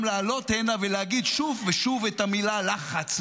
לעלות הנה ולהגיד שוב ושוב את המילה לחץ,